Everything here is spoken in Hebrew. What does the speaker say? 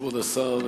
כבוד השר,